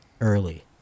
early